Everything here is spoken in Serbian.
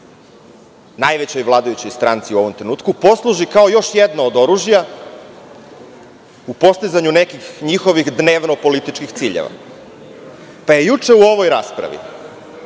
najvećoj vladajućoj stranci u ovom trenutku, posluži kao još jedno od oružja u postizanju nekih njihovih dnevno političkih ciljeva. Juče je u ovoj raspravi